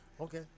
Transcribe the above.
okay